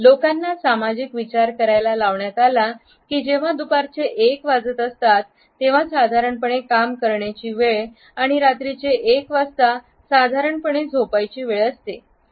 लोकांना सामाजिक विचार करायला लावण्यात आला की जेव्हा दुपारचे 1 वाजता असतात तेव्हा साधारणपणे काम करण्याची वेळ आणि रात्रीचे 1 वाजता साधारणपणे झोपायची वेळ असते